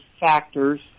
factors